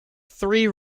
three